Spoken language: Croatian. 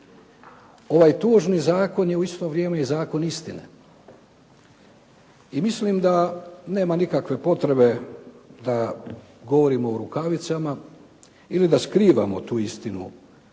Ovaj tužni zakon je u isto vrijeme i zakon istine i mislim da nema nikakve potrebe da govorimo u rukavicama ili da skrivamo tu istinu.